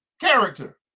character